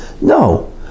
No